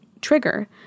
trigger